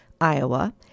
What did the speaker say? Iowa